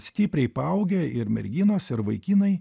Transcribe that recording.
stipriai paaugę ir merginos ir vaikinai